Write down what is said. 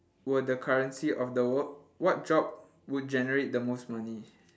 were the currency of the world what job would generate the most money